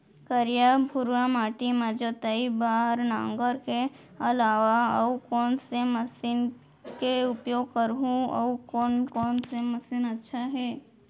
करिया, भुरवा माटी म जोताई बार नांगर के अलावा अऊ कोन से मशीन के उपयोग करहुं अऊ कोन कोन से मशीन अच्छा है?